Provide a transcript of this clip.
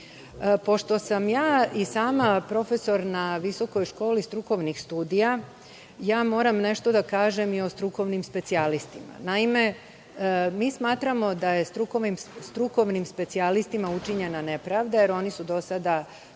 način. Pošto sam ja i sama profesor na Visokoj školi strukovnih studija, moram nešto da kažem i o strukovnim specijalistima. Naime, smatramo da je strukovnim specijalistima učinjena nepravda, jer oni su do sada